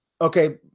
okay